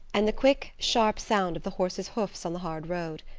and the quick, sharp sound of the horses' hoofs on the hard road.